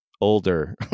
older